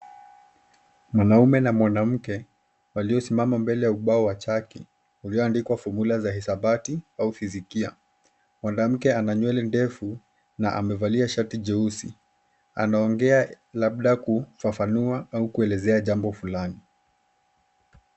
Mwanamme na mwanamke walio simama mbele ya ubao wa chaki ulio andikwa [cs ] formula [cs ] za hisabati au fizikia. Mwanamke ananywele ndefu na amevalia shati jeusi. Anaongea labda kufafanua au kueleza jambo fulani.